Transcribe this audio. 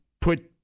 put